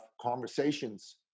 conversations